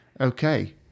Okay